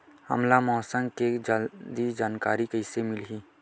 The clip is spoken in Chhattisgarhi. हमला मौसम के जल्दी जानकारी कइसे मिलही?